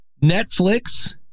Netflix